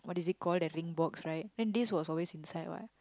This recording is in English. what is it called that ring box right then this was always inside what